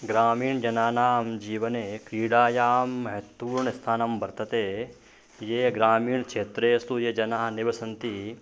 ग्रामीण जनानां जीवने क्रीडायाः महत्वपूर्णं स्थानं वर्तते ये ग्रामीण क्षेत्रेषु ये जनाः निवसन्ति